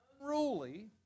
unruly